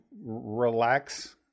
relax